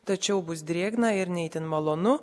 tačiau bus drėgna ir ne itin malonu